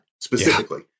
specifically